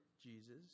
Jesus